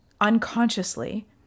unconsciously